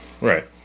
Right